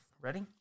ready